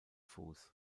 fuß